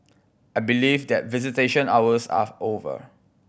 I believe that visitation hours are over